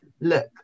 look